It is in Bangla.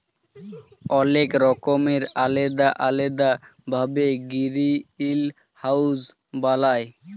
অলেক রকমের আলেদা আলেদা ভাবে গিরিলহাউজ বালায়